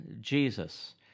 Jesus